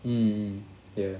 mm ya